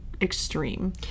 extreme